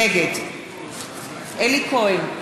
נגד אלי כהן,